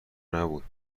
نبوده